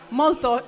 molto